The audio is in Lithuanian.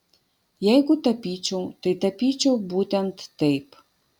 jeigu tapyčiau tai tapyčiau būtent taip